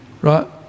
right